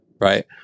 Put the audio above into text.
right